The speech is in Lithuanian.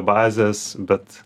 bazės bet